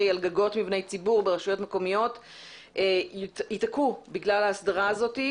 על גגות מבני ציבור ברשויות מקומיות ייתקעו בגלל ההסדרה הזאת,